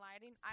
lighting